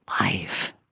life